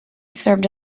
served